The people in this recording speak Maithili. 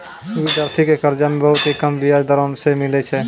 विद्यार्थी के कर्जा मे बहुत ही कम बियाज दरों मे मिलै छै